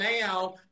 now